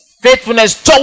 faithfulness